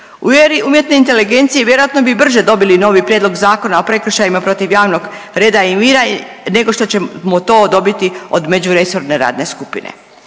U eri umjetne inteligencije vjerojatno bi brže dobili novi prijedlog Zakona o prekršajima protiv javnog reda i mira nego što ćemo to dobiti od međuresorne radne skupine.